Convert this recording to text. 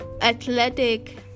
athletic